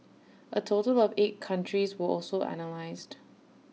A total of eight countries were also analysed